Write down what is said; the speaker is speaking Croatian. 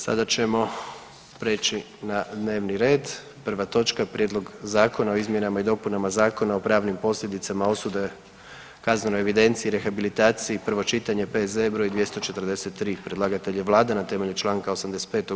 Sada ćemo preći na dnevni red, prva točka: - Prijedlog Zakona o izmjenama i dopunama Zakona o pravnim posljedicama osude, kaznenoj evidenciji i rehabilitaciji, prvo čitanje, P.Z.E. broj 243 Predlagatelj je vlada na temelju Članka 85.